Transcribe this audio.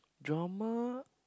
drama